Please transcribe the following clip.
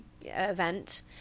event